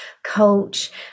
Coach